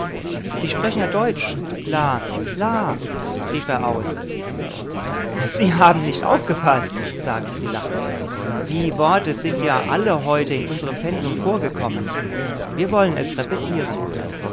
sie sprechen ja deutsch la la rief er aus sie haben nicht aufgepaßt sagte sie lachend die worte sind ja alle heute in unserm pensum vorgekommen wir wollen es repetieren